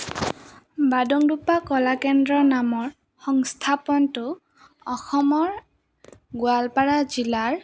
বাদংডুপ্পা কলাকেন্দ্ৰৰ নামৰ সংস্থাপনটো অসমৰ গোৱালপাৰা জিলাৰ